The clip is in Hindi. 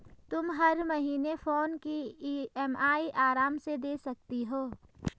तुम हर महीने फोन की ई.एम.आई आराम से दे सकती हो